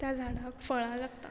त्या झाडाक फळां लागता